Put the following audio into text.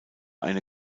eine